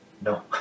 No